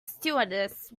stewardess